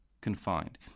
confined